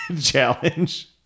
challenge